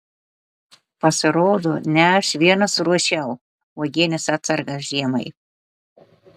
pasirodo ne aš vienas ruošiau uogienės atsargas žiemai